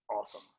awesome